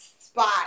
spot